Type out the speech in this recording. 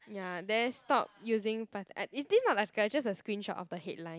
ya then stop using pa~ this not the article just a screenshot of the headline